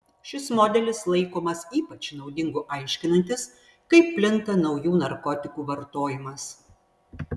šis modelis laikomas ypač naudingu aiškinantis kaip plinta naujų narkotikų vartojimas